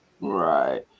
Right